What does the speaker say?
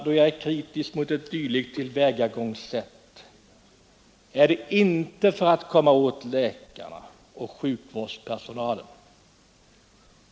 Då jag är kritisk mot ett dylikt tillvägagångssätt är det inte för att komma åt läkarna och sjukvårdspersonalen.